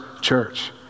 church